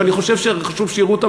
ואני חושב שחשוב שיראו אותם,